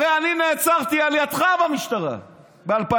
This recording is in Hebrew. הרי אני נעצרתי על ידך במשטרה ב-2003,